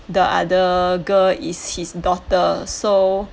the other girl is his daughter so